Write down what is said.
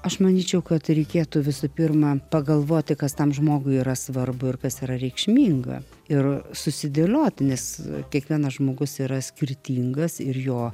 aš manyčiau kad reikėtų visų pirma pagalvoti kas tam žmogui yra svarbu ir kas yra reikšminga ir susidėlioti nes kiekvienas žmogus yra skirtingas ir jo